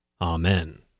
Amen